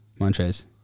Montrez